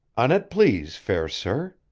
an it please, fair sir.